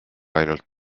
ainult